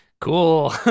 Cool